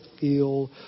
feel